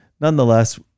nonetheless